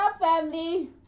family